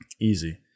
easy